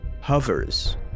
hovers